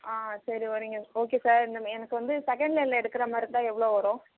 ஆ சரி ஒரி okay sir எனக்கு வந்து செகண்ட்லைனில் எடுக்கிற மாதிரி இருந்தால் எவ்வளோ வரும்